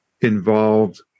involved